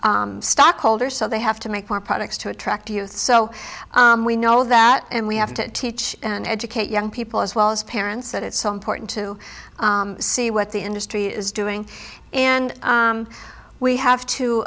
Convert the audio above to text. their stockholders so they have to make more products to attract youth so we know that and we have to teach and educate young people as well as parents that it's so important to see what the industry is doing and we have to